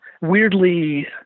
weirdly